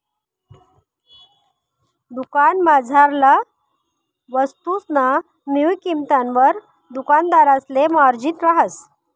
दुकानमझारला वस्तुसना मुय किंमतवर दुकानदारसले मार्जिन रहास